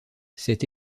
cette